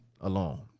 alone